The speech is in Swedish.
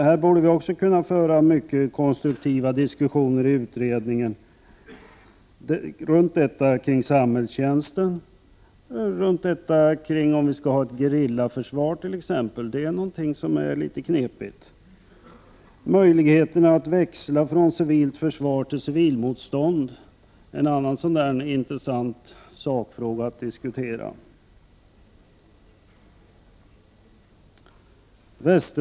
Det borde också kunna föras konstruktiva diskussioner i utredningen om samhällstjänsten och t.ex. om ett gerillaförsvar, som är en litet knepig fråga. Möjligheterna att växla från civilt försvar till civilmotstånd är en annan intressant sakfråga att diskutera.